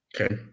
Okay